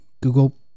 Google